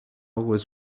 was